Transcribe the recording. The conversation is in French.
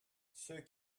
ceux